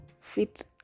fit